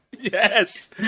Yes